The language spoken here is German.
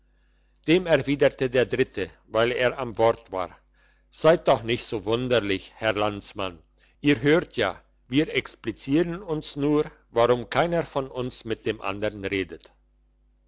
dem erwiderte der dritte weil er am wort war seid doch nicht wunderlich herr landsmann ihr hört ja wir explizieren uns nur warum keiner von uns mit dem andern redet